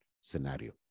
scenario